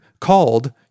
called